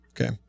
Okay